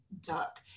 duck